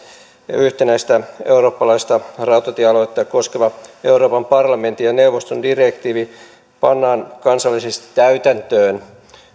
yhtenäistä eurooppalaista rautatiealuetta koskeva euroopan parlamentin ja neuvoston direktiivi pannaan kansallisesti täytäntöön